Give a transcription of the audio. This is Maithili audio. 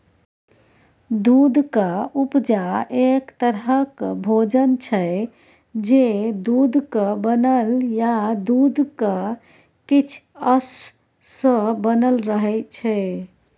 दुधक उपजा एक तरहक भोजन छै जे दुधक बनल या दुधक किछ अश सँ बनल रहय छै